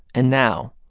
and now,